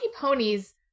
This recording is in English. ponies